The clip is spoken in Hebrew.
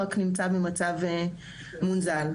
רק נמצא במצב מונזל,